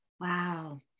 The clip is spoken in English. Wow